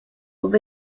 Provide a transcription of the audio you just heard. would